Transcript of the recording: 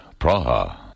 Praha